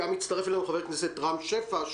הצטרף אלינו גם חבר הכנסת רם שפע,